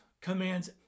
commands